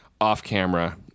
off-camera